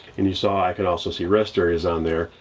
and you saw, i could also see rest areas on there.